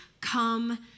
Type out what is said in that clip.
come